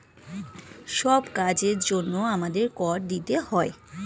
সব কাজের জন্যে আমাদের কর দিতে হয়